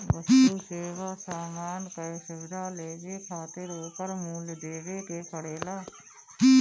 वस्तु, सेवा, सामान कअ सुविधा लेवे खातिर ओकर मूल्य देवे के पड़ेला